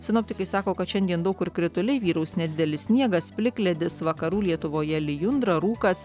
sinoptikai sako kad šiandien daug kur krituliai vyraus nedidelis sniegas plikledis vakarų lietuvoje lijundra rūkas